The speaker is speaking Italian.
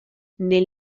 nel